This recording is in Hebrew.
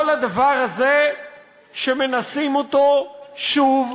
כל הדבר הזה שמנסים אותו שוב ושוב,